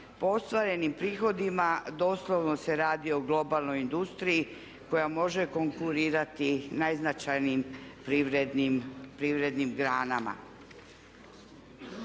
Po ostvarenim prihodima doslovno se radi o globalnoj industriji koja može konkurirati najznačajnijim privrednim granama.